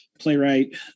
playwright